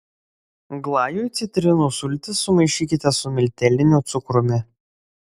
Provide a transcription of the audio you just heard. glajui citrinų sultis sumaišykite su milteliniu cukrumi